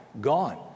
gone